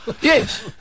Yes